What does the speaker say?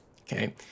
Okay